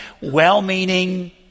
well-meaning